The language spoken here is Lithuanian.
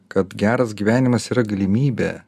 kad geras gyvenimas yra galimybė